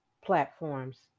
platforms